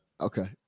Okay